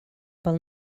pel